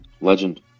Legend